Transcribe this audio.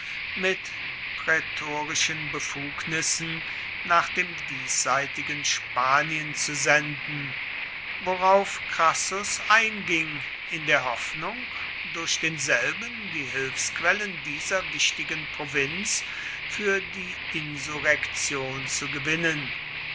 mit prätorischen befugnissen nach dem diesseitigen spanien zu senden worauf crassus einging in der hoffnung durch denselben die hilfsquellen dieser wichtigen provinz für die insurrektion zu gewinnen